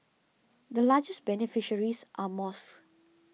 the largest beneficiaries are mosques